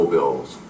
Bills